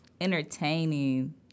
entertaining